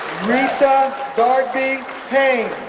rita dargbeh payne